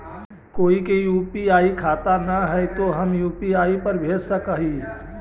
कोय के यु.पी.आई बाला खाता न है तो हम यु.पी.आई पर भेज सक ही?